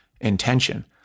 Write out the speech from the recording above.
intention